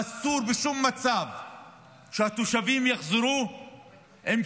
ואסור בשום מצב שהתושבים יחזרו בלי